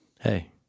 hey